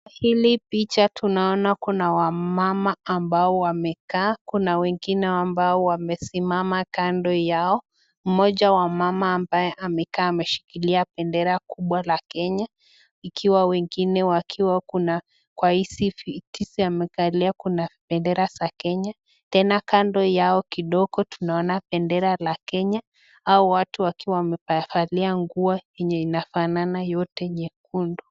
Hili picha tunaona kuna wamama waliokaa kuna wengine ambao wamesimama kando yao mmoja wa mama ambaye amekaa ameshikilia bendera kubwa la kenya ikiwa wengine wakiwa kwa hizi viti wamekalia kuna bendera za kenya. Tena kando yao kidogo tunaona bendera la kenya au watu wakiwa wamevalia nguo ambayo imefanana yote nyekundu.